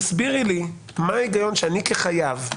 תסבירי לי מה ההיגיון שאני כחייב,